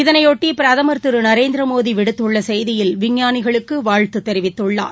இதனையொட்டிபிரதமா் திருநரேந்திரமோடிவிடுத்துள்ளசெய்தியில் விஞ்ஞானிகளுக்குவாழ்த்துதெரிவித்துள்ளார்